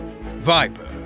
Viper